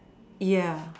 ya